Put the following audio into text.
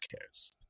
cares